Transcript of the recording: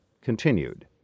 Continued